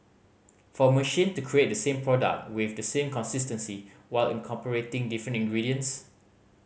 for machine to create the same product with the same consistency while incorporating different ingredients